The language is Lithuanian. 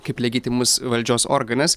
kaip legitimus valdžios organas